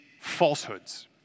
falsehoods